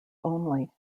only